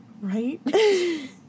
right